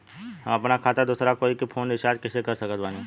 हम अपना खाता से दोसरा कोई के फोन रीचार्ज कइसे कर सकत बानी?